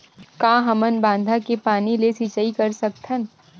का हमन बांधा के पानी ले सिंचाई कर सकथन?